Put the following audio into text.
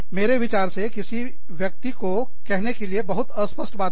मेरे विचार से किसी व्यक्ति को कहने के लिए बहुत अस्पष्ट बात है